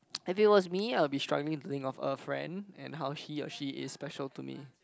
if it was me I'll be struggling to think of a friend and how he or she is special to me